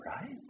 right